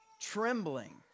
trembling